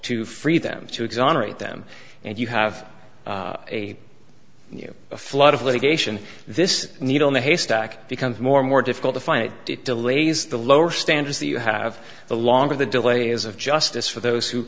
to free them to exonerate them and you have a a flood of litigation this needle in the haystack becomes more and more difficult to fight it delays the lower standards that you have the longer the delays of justice for those who